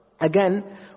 Again